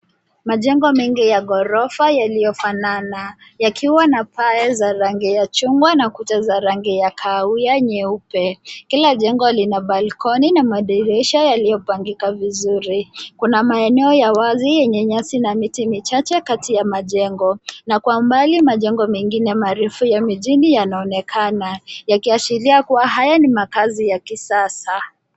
Majengo mengi ya ghorofa yaliyofanana, yakiwa na paa za rangi ya chuma na kuta za rangi ya kahawia nyeupe. Kila jengo lina balkoni na madirisha yaliyopangika vizuri. Kuna maeneo ya wazi yenye nyasi na miti michache kati ya majengo na kwa umbali majengo mengine marefu ya mijini yanaonekana yakiashiria kuwa haya ni makaazi ya kisasa.